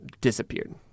disappeared